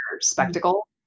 spectacle